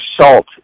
salt